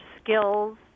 skills